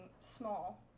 small